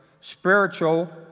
spiritual